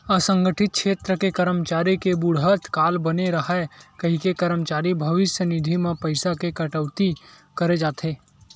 असंगठित छेत्र के करमचारी के बुड़हत काल बने राहय कहिके करमचारी भविस्य निधि म पइसा के कटउती करे जाथे